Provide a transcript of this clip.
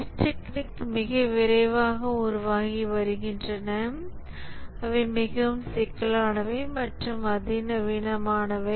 test technique மிக விரைவாக உருவாகி வருகின்றன அவை மிகவும் சிக்கலானவை மற்றும் அதிநவீனமானவை